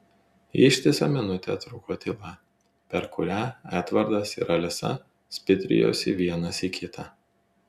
ištisą minutę truko tyla per kurią edvardas ir alisa spitrijosi vienas į kitą